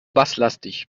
basslastig